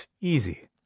Easy